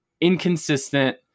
inconsistent